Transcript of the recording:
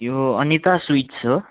यो अनिता स्विट्स हो